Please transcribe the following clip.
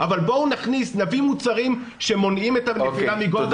אבל בואו נביא מוצרים שמונעים את הנפילה מגובה.